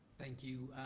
thank you,